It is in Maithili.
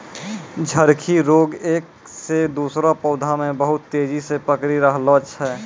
झड़की रोग एक से दुसरो पौधा मे बहुत तेजी से पकड़ी रहलो छै